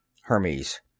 Hermes